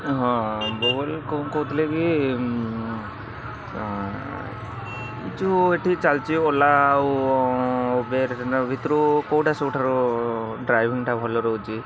ହଁ କ'ଣ କହୁଥିଲି କି ଯୋଉ ଏଠି ଚାଲିଛି ଓଲା ଆଉ ଉବେର୍ଙ୍କ ଭିତରୁ କୋଉଟା ସବୁଠାରୁ ଡ୍ରାଇଭିଂଟା ଭଲ ରହୁଛି